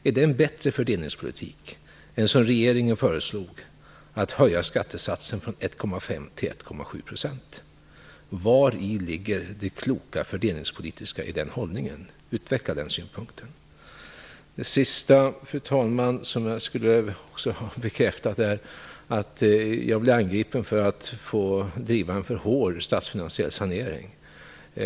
Är det en bättre fördelningspolitik än den som regeringen föreslog, att höja skattesatsen från 1,5 till 1,7 %? Var ligger det kloka fördelningspolitiska i den hållningen? Utveckla den synpunkten! Fru talman! Det finns ytterligare en sak som jag skulle vilja få bekräftat. Jag blev angripen för att driva en för hård statsfinansiell sanering.